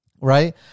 right